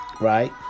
right